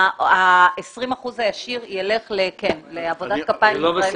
ה-20 אחוזים הישיר ילכו לעבודת כפיים ישראלית.